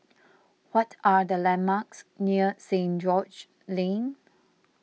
what are the landmarks near Saint George Lane